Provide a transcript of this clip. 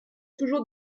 toujours